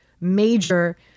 major